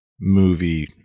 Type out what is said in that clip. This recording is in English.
movie